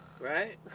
Right